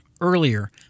Earlier